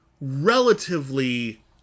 relatively